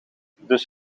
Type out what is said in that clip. dus